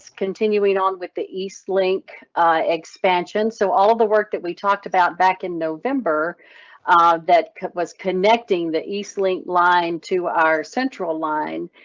continuing on with the eastlink expansion. so, all the work that we talked about back in november that was connecting the eastlink line to our central line